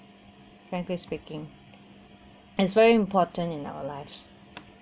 frankly speaking as very important in our lives